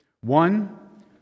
One